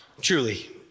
Truly